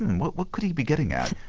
and what what could he be getting at?